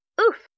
Oof